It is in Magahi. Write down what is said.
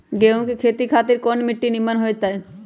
गेंहू की खेती खातिर कौन मिट्टी निमन हो ताई?